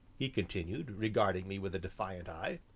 he continued, regarding me with a defiant eye,